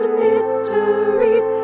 mysteries